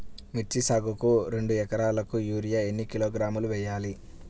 మిర్చి సాగుకు రెండు ఏకరాలకు యూరియా ఏన్ని కిలోగ్రాములు వేయాలి?